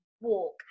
walk